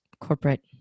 corporate